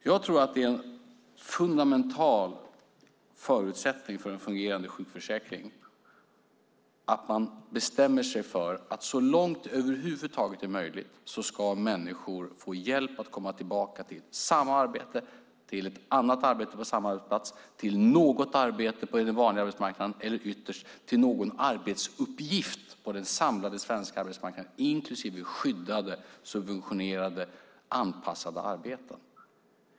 Jag tror att det är en fundamental förutsättning för en fungerande sjukförsäkring att man bestämmer sig för att så långt det över huvud taget är möjligt ska människor få hjälp att komma tillbaka till samma arbete, till ett annat arbete på samma arbetsplats, till något arbete på den vanliga arbetsmarknaden eller ytterst till någon arbetsuppgift på den samlade svenska arbetsmarknaden inklusive skyddade, subventionerade och anpassade arbeten.